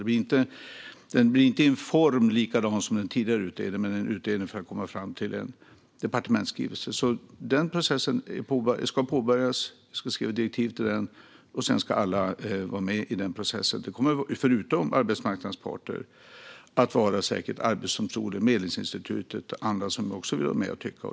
Det blir inte i en form som liknar den tidigare utredningen, men det blir en utredning för att komma fram till en departementsskrivelse. Processen ska påbörjas. Vi ska skriva direktiv till den, och sedan ska alla vara med där. Förutom arbetsmarknadens parter blir det säkert Arbetsdomstolen, Medlingsinstitutet och andra som också vill vara med och tycka.